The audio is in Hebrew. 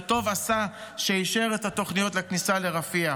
וטוב עשה שאישר את התוכניות לכניסה לרפיח.